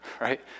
right